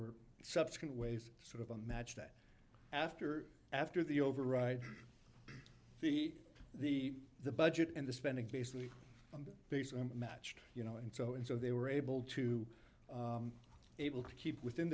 were subsequent ways sort of a match that after after the override the the the budget and the spending basically on the basis matched you know and so and so they were able to able to keep within